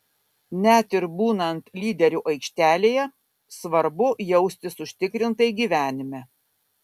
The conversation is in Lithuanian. net ir būnant lyderiu aikštelėje svarbu jaustis užtikrintai gyvenime